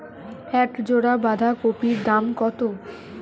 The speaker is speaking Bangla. এক জোড়া বাঁধাকপির দাম কত?